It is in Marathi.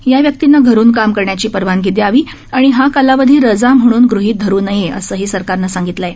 या व्यक्तींना घरून काम करण्याची परवानगी दयावी आणि हा कालावधी रजा म्हणून गृहित धरु नये असेही सरकारने सांगितले आहे